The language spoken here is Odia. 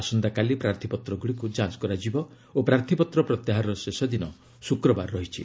ଆସନ୍ତାକାଲି ପ୍ରାର୍ଥୀପତ୍ରଗୁଡ଼ିକୁ ଯାଞ୍ଚ କରାଯିବ ଓ ପ୍ରାର୍ଥୀପତ୍ର ପ୍ରତ୍ୟାହାରର ଶେଷ ଦିନ ଶୁକ୍ରବାର ରହିଛି